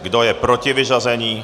Kdo je proti vyřazení?